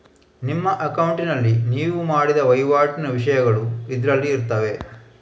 ನಿಮ್ಮ ಅಕೌಂಟಿನಲ್ಲಿ ನೀವು ಮಾಡಿದ ವೈವಾಟಿನ ವಿಷಯಗಳು ಇದ್ರಲ್ಲಿ ಇರ್ತದೆ